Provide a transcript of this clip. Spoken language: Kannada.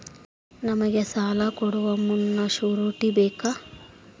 ನಮಗೆ ಸಾಲ ಕೊಡುವ ಮುನ್ನ ಶ್ಯೂರುಟಿ ಬೇಕಾ?